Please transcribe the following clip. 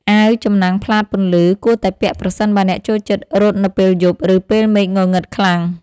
អាវចំណាំងផ្លាតពន្លឺ គួរតែពាក់ប្រសិនបើអ្នកចូលចិត្តរត់នៅពេលយប់ ឬពេលមេឃងងឹតខ្លាំង។